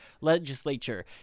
Legislature